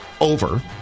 over